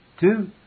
Two